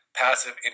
Passive